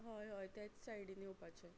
हय हय त्याच सायडीन येवपाचे